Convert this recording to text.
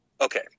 Okay